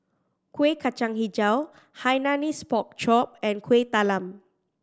Kueh Kacang Hijau Hainanese Pork Chop and Kuih Talam